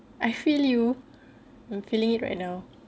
I feel you I'm feeling it right now